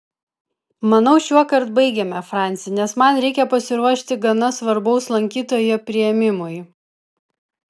manau šiuokart baigėme franci nes man reikia pasiruošti gana svarbaus lankytojo priėmimui